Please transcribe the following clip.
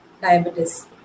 diabetes